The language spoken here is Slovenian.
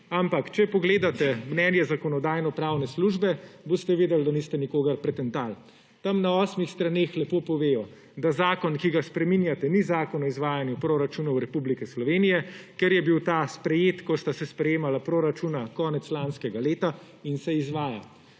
Ampak če pogledate mnenje Zakonodajno-pravne službe, boste videli, da niste nikogar pretentali. Tam na osmih straneh lepo povejo, da zakon, ki ga spreminjate, ni zakon o izvajanju proračunov Republike Slovenije, ker je bil ta sprejet, ko sta se sprejemala proračuna konec lanskega leta, in se izvaja.